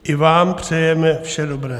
I vám přejeme vše dobré.